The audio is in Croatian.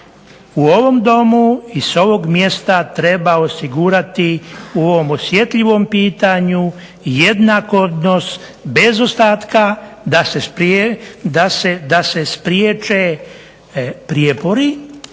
U ovom Domu i s ovog mjesta treba osigurati u ovom osjetljivom pitanju jednak odnos bez ostatka da se spriječe prijepori